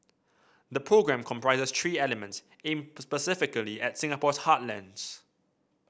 the programme comprises three elements aimed specifically at Singapore's heartlands